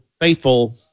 faithful